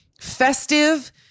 festive